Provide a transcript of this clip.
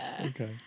Okay